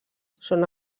són